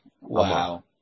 Wow